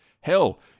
Hell